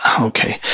okay